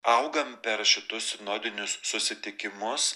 augam per šitus sinodinius susitikimus